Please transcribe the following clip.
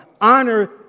Honor